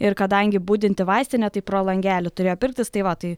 ir kadangi budinti vaistinė tai pro langelį turėjo pirktis tai va tai